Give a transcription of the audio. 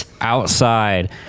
outside